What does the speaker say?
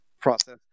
process